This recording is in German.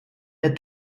der